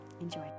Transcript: Enjoy